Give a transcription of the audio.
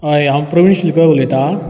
हय हांव प्रवीण शिरको उलयतां